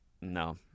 No